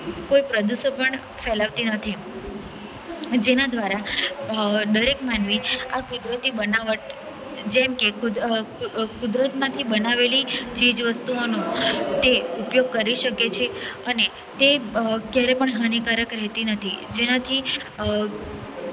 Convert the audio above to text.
કોઈ પ્રદુષણ પણ ફેલાવતી નથી જેના દ્વારા દરેક માનવી આ કુદરતી બનાવટ જેમકે કુદર કુદરતમાંથી બનાવેલી ચીજવસ્તુઓનું તે ઉપયોગ કરી શકે છે અને તે ક્યારે પણ હાનીકારક રહેતી નથી જેનાથી